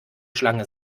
schlange